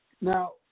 Now